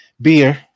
beer